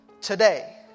today